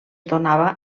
donava